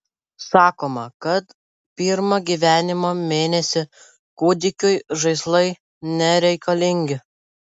sakoma kad pirmą gyvenimo mėnesį kūdikiui žaislai nereikalingi